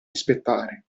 rispettare